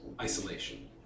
isolation